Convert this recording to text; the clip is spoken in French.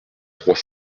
trois